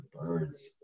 birds